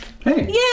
Hey